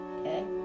okay